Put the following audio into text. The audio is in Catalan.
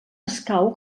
escau